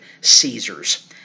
Caesar's